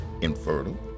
infertile